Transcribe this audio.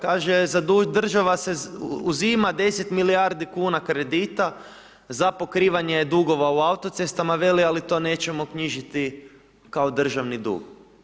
Kaže država uzima 10 milijardi kuna kredita za pokrivanje dugova u Autocestama, veli, ali to nećemo knjižiti kao državni dug.